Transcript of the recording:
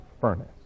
furnace